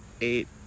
eight